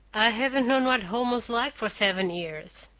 i haven't known what home was like for seven years.